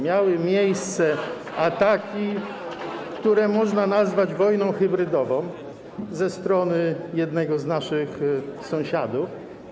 Miały miejsce ataki, które można nazwać wojną hybrydową, ze strony jednego z naszych sąsiadów.